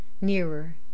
nearer